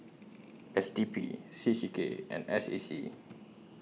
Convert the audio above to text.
S D P C C K and S A C